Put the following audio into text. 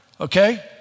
Okay